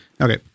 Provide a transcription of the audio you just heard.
Okay